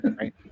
right